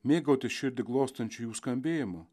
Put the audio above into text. mėgautis širdį glostančiu jų skambėjimu